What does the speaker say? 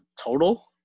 total